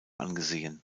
angesehen